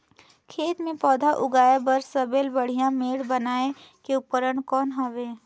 खेत मे पौधा उगाया बर सबले बढ़िया मेड़ बनाय के उपकरण कौन हवे?